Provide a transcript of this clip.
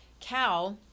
cow